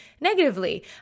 negatively